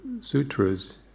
sutras